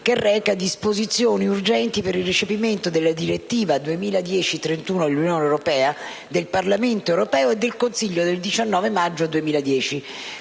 63, recante disposizioni urgenti per il recepimento della direttiva 2010/31/UE del Parlamento europeo e del Consiglio del 19 maggio 2010,